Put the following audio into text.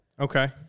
Okay